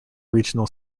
regional